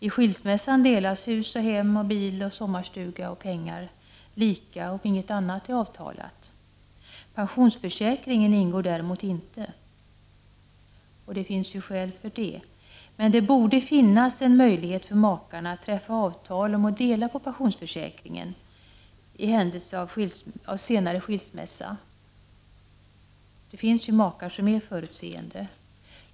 I skilsmässan delas hus, hem, bil, sommarstuga och pengar lika om ingenting annat är avtalat. Pensionsförsäkringen ingår däremot inte, och det finns ju skäl för det. Men det borde finnas en möjlighet för makarna att träffa avtal om att dela på pensionsförsäkringen i händelse av senare skilsmässa. Det finns ju makar som är förutseende.